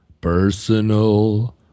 personal